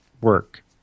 work